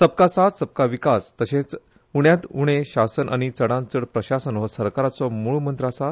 सबका साथ सबका विकास तशेंच उण्यांत उणें शासन आनी चडांत चड प्रशासन हो सरकाराचो मूळमंत्र आसा